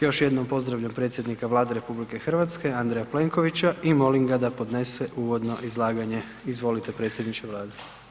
Još jednom pozdravljam predsjednika Vlade RH, Andreja Plenkovića i molim ga da podnese uvodno izlaganje, izvolite predsjedniče Vlade.